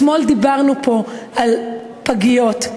אתמול דיברנו פה על פגיות,